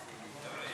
עצמאי,